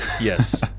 yes